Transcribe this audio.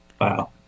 Wow